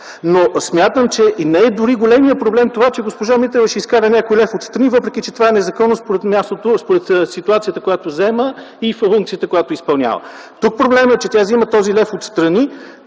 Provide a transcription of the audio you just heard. Големият проблем не е дори в това, че госпожа Митрева ще изкара някой лев отстрани, въпреки че това е незаконно според ситуацията, която заема, и функцията, която изпълнява. Тук проблемът е, че тя взема този лев отстрани